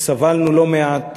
שסבלנו לא מעט